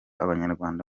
abanyarwanda